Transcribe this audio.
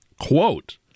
quote